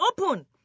open